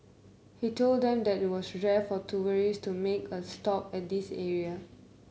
he told them that it was rare for tourist to make a stop at this area